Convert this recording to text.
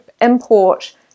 import